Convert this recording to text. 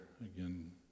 again